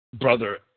brother